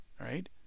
right